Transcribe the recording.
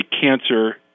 cancer